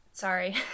sorry